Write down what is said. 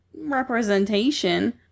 representation